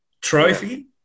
Trophy